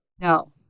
No